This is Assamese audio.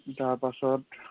তাৰপাছত